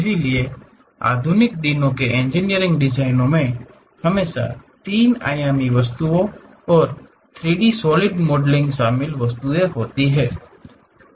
इसलिए आधुनिक दिनों के इंजीनियरिंग डिजाइनों में हमेशा त्रि आयामी वस्तुओं और 3 डी सॉलिड मॉडलिंग शामिल होती है